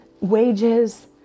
wages